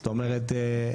זאת אומרת,